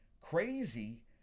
crazy